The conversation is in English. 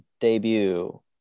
debut